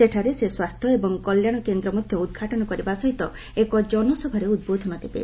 ସେଠାରେ ସେ ସ୍ୱାସ୍ଥ୍ୟ ଏବଂ କଲ୍ୟାଶ କେନ୍ଦ୍ର ମଧ୍ୟ ଉଦ୍ଘାଟନ କରିବା ସହିତ ଏକ ଜନସଭାରେ ଉଦ୍ବୋଧନ ଦେବେ